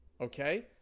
okay